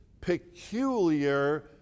peculiar